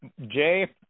Jay